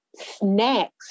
snacks